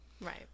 Right